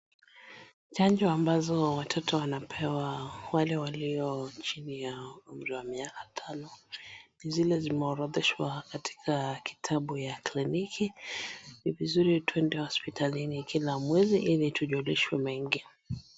Chanjo ambazo watoto wanapewa wale waliochini ya umri wa miaka tano zile zimeorodheshwa katika kitabu ya kliniki. Ni vizuri twende hospitalini kila mwezi ili tujulishwe mengi.